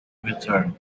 return